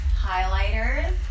highlighters